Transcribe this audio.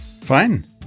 Fine